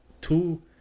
two